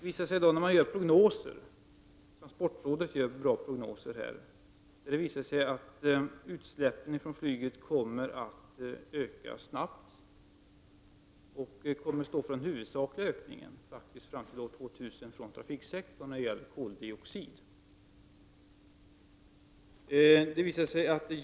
Transportrådet gör bra prognoser på detta område, och dessa visar att utsläppen från flyget kommer att öka snabbt och stå för den huvudsakliga ökningen av koldioxidutsläppen från trafiksektorn fram till år 2000.